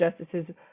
justices